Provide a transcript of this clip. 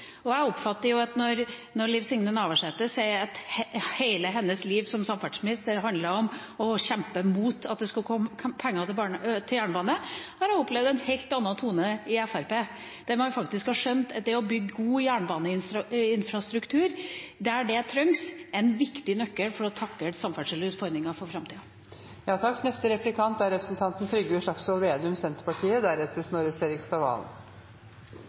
Liv Signe Navarsete sier at hele hennes liv som samferdselsminister handlet om å kjempe mot at det skulle komme penger til jernbane. Jeg har opplevd en helt annen tone i Fremskrittspartiet. De har faktisk skjønt at det å bygge god jernbaneinfrastruktur der det trengs, er en viktig nøkkel for å takle samferdselsutforminga for framtida. Venstre har tatt på seg å være regjeringens støttehjul nr. én og regjeringens fremste støtteparti når alt kommer til alt. Det er hele valgkampstrategien. Venstre og Senterpartiet